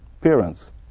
parents